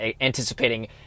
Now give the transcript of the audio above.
anticipating